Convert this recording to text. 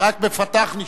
רק בפתח נשארנו.